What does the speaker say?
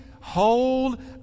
hold